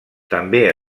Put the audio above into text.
també